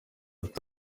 ati